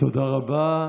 תודה רבה.